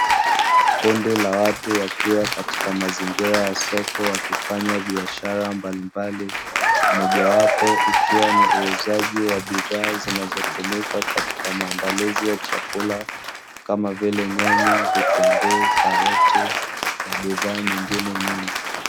Kundi la watu wakiwa katika mazingira ya soko wakifanya biashara mbalimbali, mojawapo ikiwa ni uuzaji wa bidhaa zinazotumika katika maandalizi ya chakula, kama vile: nyanya, vitunguu, karoti na bidhaa nyingine nyingi.